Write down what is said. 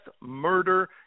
murder